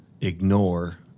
ignore